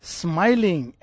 smiling